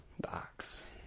Box